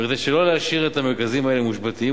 וכדי שלא להשאיר את המרכזים האלה מושבתים,